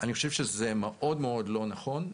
אני חושב שזה מאוד לא נכון,